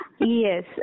Yes